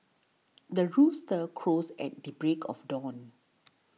the rooster crows at the break of dawn